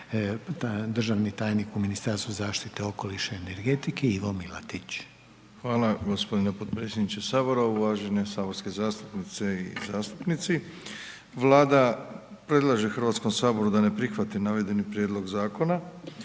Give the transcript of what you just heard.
državni tajnik u Ministarstvu zaštite okoliša i energetike, Ivo Milatić. **Milatić, Ivo** Hvala vam g. potpredsjedniče Sabora, uvažene saborske zastupnice i zastupnici. Vlada predlaže HS-u da ne prihvati navedeni prijedlog zakona.